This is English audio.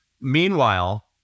Meanwhile